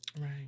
right